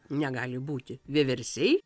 negali būti vieversiai